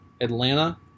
Atlanta